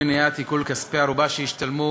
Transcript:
מניעת עיקול כספי ערובה שהשתלמו